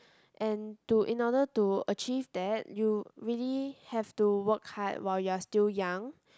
and to in order to achieve that you really have to work hard while you are still young